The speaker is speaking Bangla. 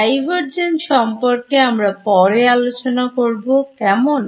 Divergence সম্পর্কে আমরা পরে আলোচনা করব কেমন